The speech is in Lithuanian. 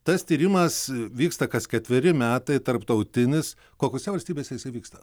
tas tyrimas vyksta kas ketveri metai tarptautinis kokiose valstybėse jisai vyksta